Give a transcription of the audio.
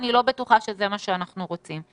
אני לא בטוחה שזה מה שאנחנו רוצים.